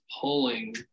pulling